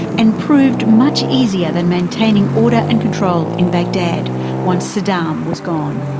and proved much easier than maintaining order and control in bagdad once saddam was gone.